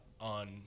on